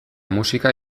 musika